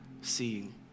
seeing